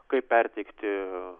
kaip perteikti